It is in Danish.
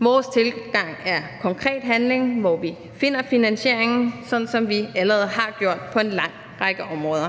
Vores tilgang er konkret handling, hvor vi finder finansieringen, sådan som vi allerede har gjort på en lang række områder.